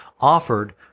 offered